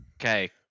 Okay